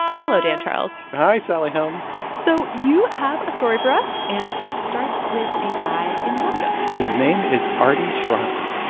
hello, dan charles hi, sally helm so you have a story for us, and it starts with a guy in georgia his name is arty schronce.